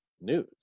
news